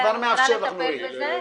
אני מוכנה לטפל בזה,